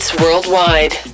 worldwide